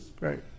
Right